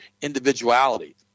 individuality